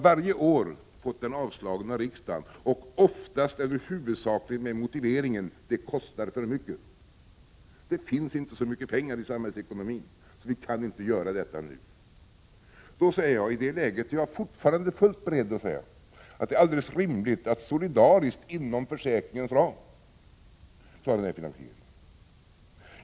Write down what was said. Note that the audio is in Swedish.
Varje år har motionen avslagits av riksdagen och oftast eller huvudsakligen med motiveringen att det kostar för mycket — ”det finns inte så mycket pengar i samhällsekonomin, så vi kan inte göra detta nu”. I detta läge är jag fortfarande fullt beredd att säga att det är alldeles rimligt att solidariskt inom försäkringens ram klara den finansieringen.